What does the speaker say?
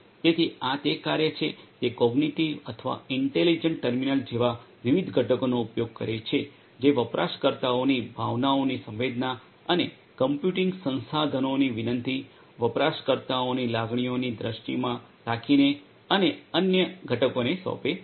તેથી આ તે કાર્ય છે જે કોગ્નિટિવ અથવા ઇન્ટેલિજ્ન્ટ ટર્મિનલ જેવા વિવિધ ઘટકોનો ઉપયોગ કરે છે જે વપરાશકર્તાઓની ભાવનાઓની સંવેદના અને કમ્પ્યુટિંગ સંસાધનોની વિનંતી વપરાશકર્તાઓની લાગણીઓની દ્રષ્ટિમાં રાખીને અને અન્ય અન્ય ઘટકોને સોંપે છે